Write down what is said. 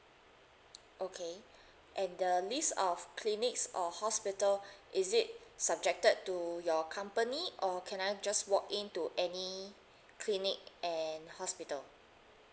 okay and the list of clinics or hospital is it subjected to your company or can I just walk in to any clinic and hospital